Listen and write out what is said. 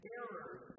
errors